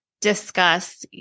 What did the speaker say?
discuss